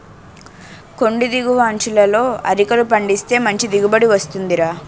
కొండి దిగువ అంచులలో అరికలు పండిస్తే మంచి దిగుబడి వస్తుందిరా